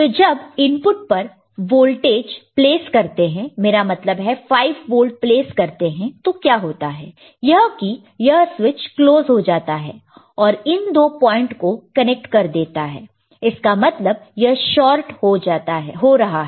तो जब इनपुट पर वोल्टेज प्लेस करते हैं मेरा मतलब है 5 वोल्ट प्लेस करते हैं तो क्या होता है यह की यह स्विच क्लोज हो जाता है और इन दो पॉइंट को कनेक्ट कर देता है इसका मतलब यह शॉर्ट हो रहा है